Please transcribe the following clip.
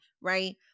Right